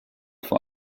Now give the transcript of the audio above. vor